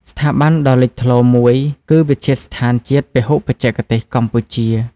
ស្ថាប័នដ៏លេចធ្លោមួយគឺ វិទ្យាស្ថានជាតិពហុបច្ចេកទេសកម្ពុជា។